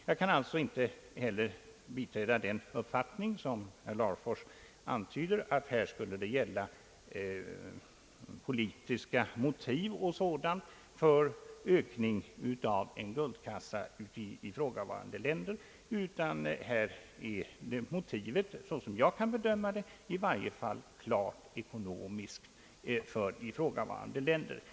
Jag kan inte heller biträda den uppfattning, som herr Larfors antyder, att här skulle gälla politiska motiv för en ökning av en guldkassa i ifrågavarande länder, utan här är motivet, såsom jag kan bedöma det, i varje fall ekonomiskt.